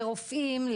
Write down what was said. לרופאים,